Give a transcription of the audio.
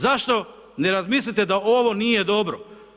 Zašto ne razmislite da ovo nije dobro?